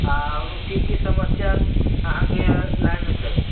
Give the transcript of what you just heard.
आरो की की समस्या अहाँके लाइन मे छै